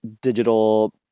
digital